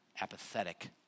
apathetic